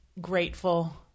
grateful